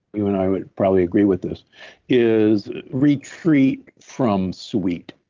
you and i would probably agree with this is retreat from sweet.